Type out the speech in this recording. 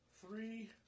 three